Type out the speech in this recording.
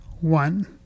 one